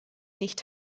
nicht